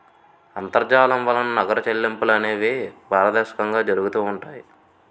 అంతర్జాలం వలన నగర చెల్లింపులు అనేవి పారదర్శకంగా జరుగుతూ ఉంటాయి